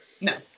No